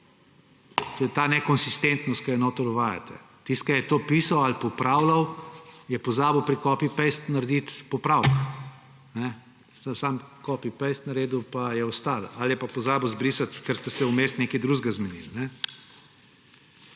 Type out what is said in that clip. To je ta nekonsistentnost, ki jo notri uvajate. Tisti, ki je to pisal ali popravljal, je pozabil pri copy-paste narediti popravek. Seveda je samo copy-paste naredil in je ostalo; ali je pa pozabil izbrisati, ker ste se vmes nekaj drugega zmenili.